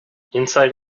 inside